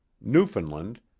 Newfoundland